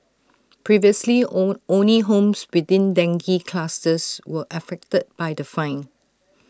previously only homes within dengue clusters were affected by the fine